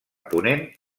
ponent